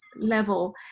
level